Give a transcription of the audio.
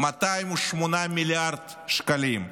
208 מיליארד שקלים.